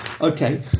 Okay